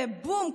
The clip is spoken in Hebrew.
ובום,